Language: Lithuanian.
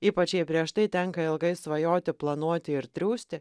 ypač jei prieš tai tenka ilgai svajoti planuoti ir triūsti